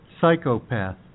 psychopath